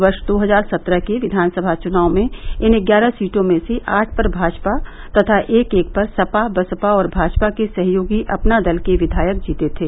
वर्ष दो हजार सत्रह के विधानसभा चुनाव में इन ग्यारह सीटों में से आठ पर भाजपा तथा एक एक पर सपा बसपा और भाजपा के सहयोगी अपना दल के विधायक जीते थे